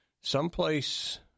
Someplace